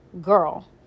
Girl